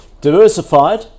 diversified